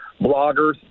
bloggers